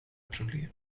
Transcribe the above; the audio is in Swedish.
problem